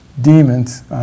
demons